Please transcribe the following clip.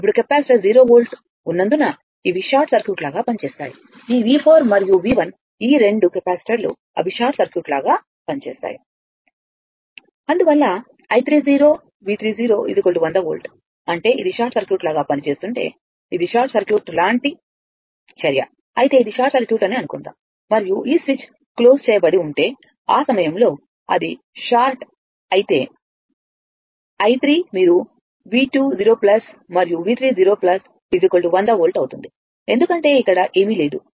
ఇప్పుడు capacitor 0 volt ఉన్నందున ఇవి షార్ట్ సర్క్యూట్ లాగా పనిచేస్తాయి ఈ V 4 మరియు V1 ఈ రెండు కెపాసిటర్లు అవి షార్ట్ సర్క్యూట్ లాగా పనిచేస్తాయి అందువల్ల i3 V 3 100 వోల్ట్ అంటే ఇది షార్ట్ సర్క్యూట్ లాగా పనిచేస్తుంటే ఇది షార్ట్ సర్క్యూట్ లాంటి చర్య అయితే ఇది షార్ట్ సర్క్యూట్ అని అనుకుందాం మరియు ఆ స్విచ్ మూసివేయబడి ఉంటే ఆ సమయంలో అది షార్ట్ అయితే i3 మీరు V20మరియు V30 100 వోల్ట్ అవుతుంది ఎందుకంటే ఇక్కడ ఏమీ లేదు